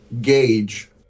gauge